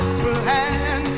plan